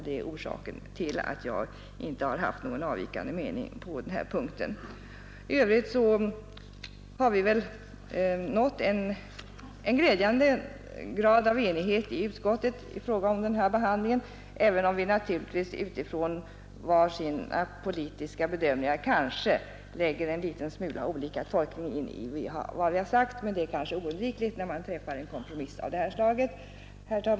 Det är orsaken till att jag inte har haft någon avvikande mening på denna punkt. I övrigt har vi väl nått en glädjande grad av enighet i utskottet i fråga om behandlingen av detta ärende, även om vi kanske från våra olika politiska bedömningar gör något skiftande tolkningar av det som vi har uttalat. Men det är kanske oundvikligt när man träffar en kompromiss av detta slag. Herr talman!